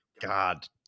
god